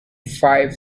five